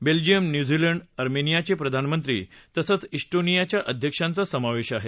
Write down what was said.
Belgium New Zealand आणि अर्मेनियाचे प्रधानमंत्री तसंच उंटोनियाच्या अध्यक्षांचा समावेश आहे